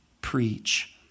preach